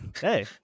Hey